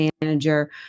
manager